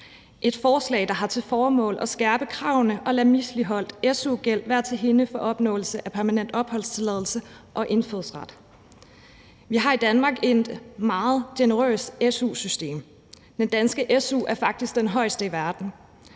et forslag, der har til formål at skærpe kravene og lade misligholdt su-gæld være til hinder for opnåelse af permanent opholdstilladelse og indfødsret. Vi har i Danmark et meget generøst su-system. Den danske su er faktisk den højeste i verden,